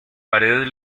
paredes